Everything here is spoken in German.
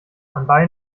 anbei